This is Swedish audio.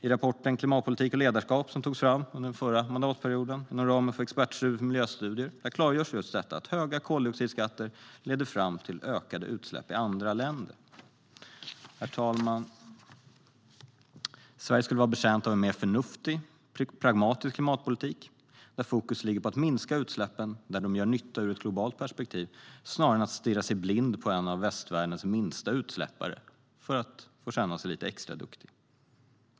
I rapporten Klimatpolitik och ledarskap , som under den förra mandatperioden togs fram inom ramen för Expertgruppen för miljöstudier, klargörs också att höga koldioxidskatter leder fram till ökade utsläpp i andra länder. Herr talman! Sverige skulle vara betjänt av en mer förnuftig, pragmatisk klimatpolitik där fokus ligger på att minska utsläppen där det gör nytta ur ett globalt perspektiv snarare än stirra sig blind på en av västvärldens minsta utsläppare för att få känna sig lite extra duktig.